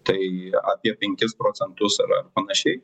tai apie penkis procentus ar ar panašiai